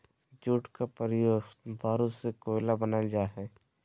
jute का उपयोग बारूद से कोयला बनाल जा हइ